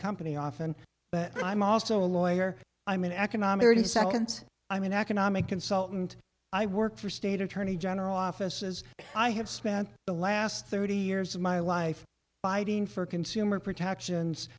company often but i'm also a lawyer i'm an economic burden second i mean economic consultant i work for state attorney general offices i have spent the last thirty years of my life fighting for consumer protections